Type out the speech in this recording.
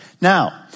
Now